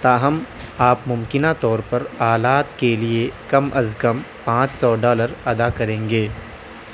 تاہم آپ ممکنہ طور پر آلات کے لیے کم از کم پانچ سو ڈالر ادا کریں گے